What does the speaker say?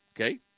Okay